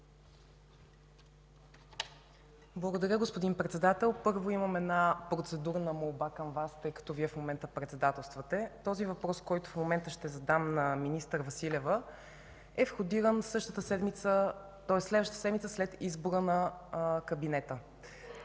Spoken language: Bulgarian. Благодаря, господин Председател. Първо имам процедурна молба към Вас, тъй като Вие в момента председателствате – въпросът, който в момента ще задам на министър Василева, е входиран следващата седмица след избора на кабинета.